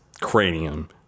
cranium